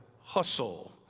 hustle